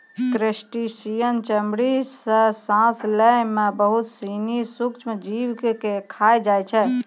crustacean चमड़ी सें सांस लै में बहुत सिनी सूक्ष्म जीव के खाय जाय छै